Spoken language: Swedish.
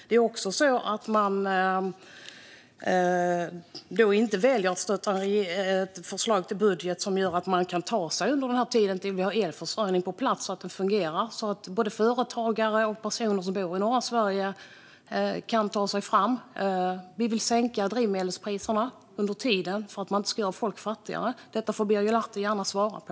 Man väljer att inte stötta ett förslag till budget som gör att man under tiden kan få en fungerande elförsörjning på plats. Då kan både företagare och privatpersoner som bor i norra Sverige ta sig fram. Vi vill under tiden sänka drivmedelspriserna så att folk inte blir fattigare. Detta får Birger Lahti gärna svara på.